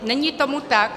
Není tomu tak.